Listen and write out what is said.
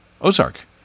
Ozark